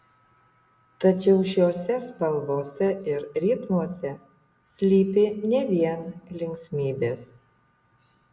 tačiau šiose spalvose ir ritmuose slypi ne vien linksmybės